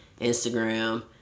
Instagram